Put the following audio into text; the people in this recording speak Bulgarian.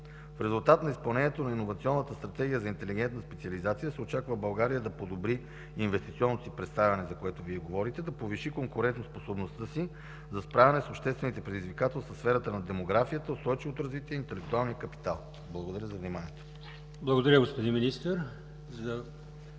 В резултат на изпълнението на Иновационната стратегия за интелигентна специализация се очаква България да подобри инвестиционното си представяне, за което Вие говорите, да повиши конкурентоспособността си за справяне с обществените предизвикателства в сферата на демографията, устойчивото развитие и интелектуалния капитал. Благодаря за вниманието. ПРЕДСЕДАТЕЛ АЛИОСМАН